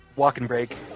walk-and-break